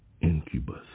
Incubus